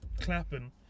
clapping